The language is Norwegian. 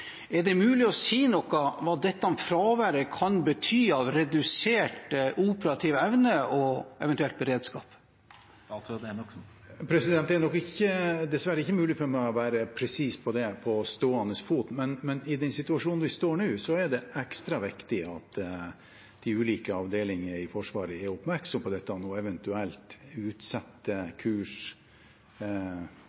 Er det mulig å si noe om hva dette fraværet kan bety av redusert operativ evne og eventuelt beredskap? Det er nok dessverre ikke mulig for meg å være presis på det på stående fot. Men i den situasjonen vi står i nå, er det ekstra viktig at de ulike avdelinger i Forsvaret er oppmerksom på dette, og eventuelt